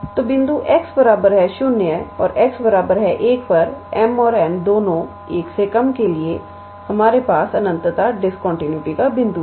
तो बिंदु x 0 और x1 पर m और n दोनों 1 से कम के लिए हमारे पास अनंत डिस्कंटीन्यूटीका बिंदु है